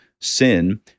sin